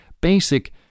basic